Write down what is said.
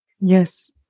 Yes